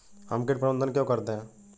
हम कीट प्रबंधन क्यों करते हैं?